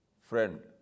friend